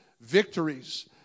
victories